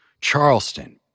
Charleston